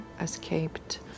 escaped